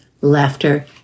laughter